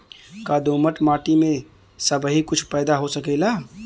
का दोमट माटी में सबही कुछ पैदा हो सकेला?